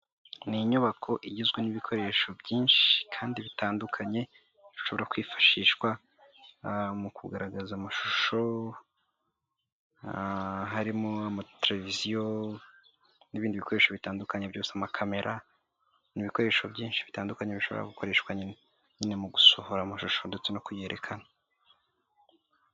Ni inyubako igizwe n'ibikoresho byinshi kandi bitandukanye ishobora kwifashishwa mu kugaragaza amashusho, harimo amateleviziyo n'ibindi bikoresho bitandukanye byose, amakamera n'ibikoresho byinshi bitandukanye bishobora gukoreshwa nyine mu gusohora amashusho ndetse no kuyerekana.